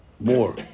more